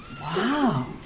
wow